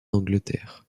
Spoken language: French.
angleterre